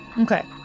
Okay